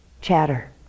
chatter